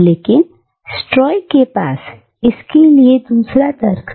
लेकिन स्ट्राइक के पास इसके लिए दूसरा तर्क था